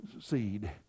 seed